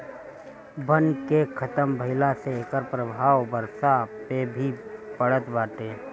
वन के खतम भइला से एकर प्रभाव बरखा पे भी पड़त बाटे